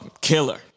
killer